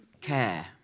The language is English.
care